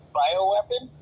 bioweapon